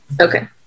Okay